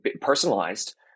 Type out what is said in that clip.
personalized